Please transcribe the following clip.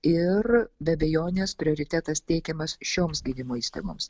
ir be abejonės prioritetas teikiamas šioms gydymo įstaigoms